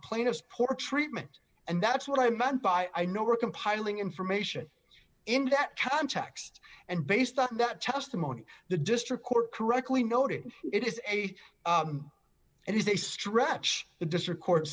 plainest poor treatment and that's what i meant by i know we're compiling information in that context and based on that testimony the district court correctly noted it is a it is a stretch the district court